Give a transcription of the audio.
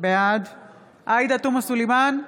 בעד עאידה תומא סלימאן,